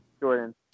Jordan